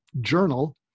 journal